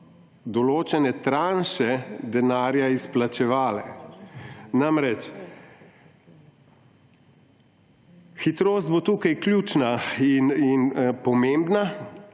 določene tranše denarja izplačevale. Namreč, hitrost bo tukaj ključna in pomembna,